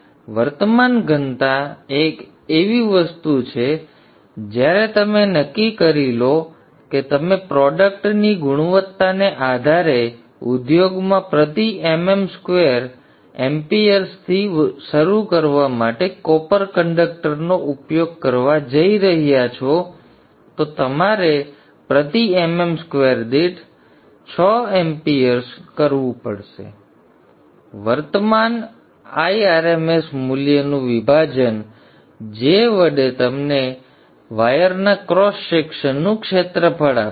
તેથી વર્તમાન ઘનતા એ એક એવી વસ્તુ છે જ્યારે તમે નક્કી કરી લો કે તમે પ્રોડક્ટની ગુણવત્તાને આધારે ઉદ્યોગમાં પ્રતિ mm square લોકો amps થી શરૂ કરવા માટે કોપર કંડક્ટરનો ઉપયોગ કરવા જઇ રહ્યા છો તેથી તમારે પ્રતિ mm square દીઠ 6 amps કરવું પડશે તેથી વર્તમાન I rms મૂલ્યનું વિભાજન J વડે તમને વાયરના ક્રોસ સેક્શનનું ક્ષેત્રફળ આપશે